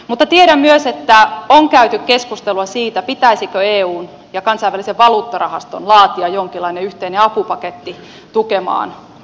mutta tiedän myös että on käyty keskustelua siitä pitäisikö eun ja kansainvälisen valuuttarahaston laatia jonkinlainen yhteinen apupaketti tukemaan ukrainan taloutta